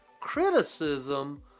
criticism